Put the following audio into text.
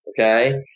Okay